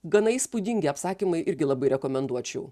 gana įspūdingi apsakymai irgi labai rekomenduočiau